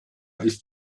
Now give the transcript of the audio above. ist